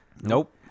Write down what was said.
Nope